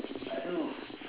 !aduh!